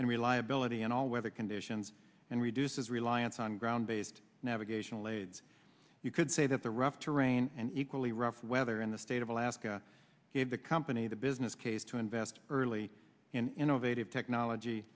and reliability in all weather conditions and reduces reliance on ground based navigational aids you could say that the rough terrain and equally rough weather in the state of alaska gave the company the business case to invest early innovative technology